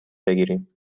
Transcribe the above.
بگیریم